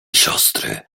siostry